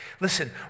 Listen